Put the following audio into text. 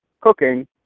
cooking